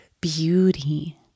beauty